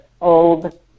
old